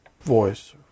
voice